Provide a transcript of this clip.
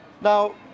Now